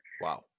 Wow